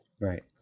Right